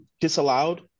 disallowed